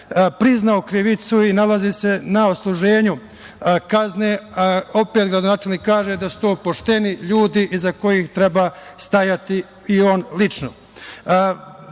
priznao krivicu i nalazi se na odsluženju kazne, opet gradonačelnik kaže da su to pošteni ljudi iza kojih treba stajati, i on lično. Veoma